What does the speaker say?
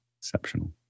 exceptional